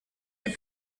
les